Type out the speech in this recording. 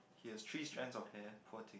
he has three strands of hair poor thing